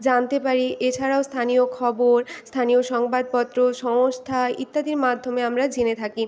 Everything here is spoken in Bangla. জানতে পারি এছাড়াও স্থানীয় খবর স্থানীয় সংবাদপত্র সংস্থা ইত্যাদির মাধ্যমে আমরা জেনে থাকি